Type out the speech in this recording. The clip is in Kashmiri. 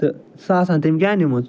تہٕ سُہ آسان تَمہِ جا نِمٕژ